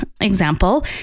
example